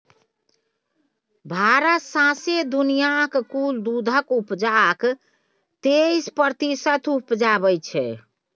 भारत सौंसे दुनियाँक कुल दुधक उपजाक तेइस प्रतिशत उपजाबै छै